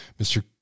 Mr